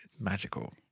magical